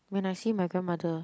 when I see my grandmother